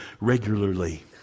regularly